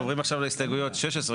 אנחנו עוברים עכשיו להסתייגויות 16,